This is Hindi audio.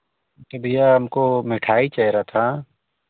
कि भिया हमको मिठाई चाही रहा था